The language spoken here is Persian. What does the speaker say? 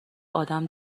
آدم